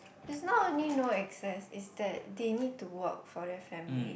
it's not only no access is that they need to work for their family